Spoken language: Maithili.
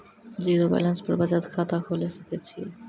जीरो बैलेंस पर बचत खाता खोले सकय छियै?